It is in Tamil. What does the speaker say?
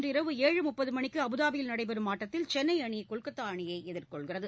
இன்று இரவு ஏழு மூப்பது மணிக்கு அபுதாபியில் நடைபெறும் ஆட்டத்தில் சென்னை அணி கொல்கத்தா அணியை எதிர்கொள்கிறது